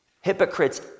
Hypocrites